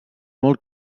molt